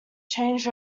changed